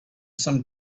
some